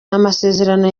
amasezerano